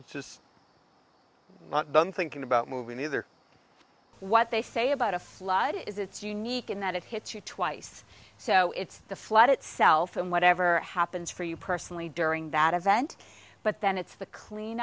moving just not done thinking about moving either what they say about a flood is it's unique in that it hits you twice so it's the flood itself and whatever happens for you personally during that event but then it's the clean